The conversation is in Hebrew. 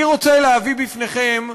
אני רוצה להביא בפניכם,